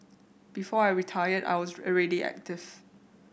before I retired I was already active